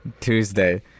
Tuesday